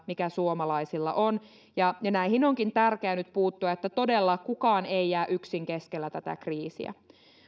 mikä suomalaisilla on näihin onkin tärkeää nyt puuttua että todella kukaan ei jää yksin keskellä tätä kriisiä